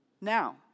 now